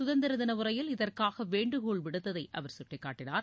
சுதந்திர தின உரையில் இதற்காக வேண்டுகோள் விடுத்ததை சுட்டிக்காட்டனார்